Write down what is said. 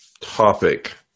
topic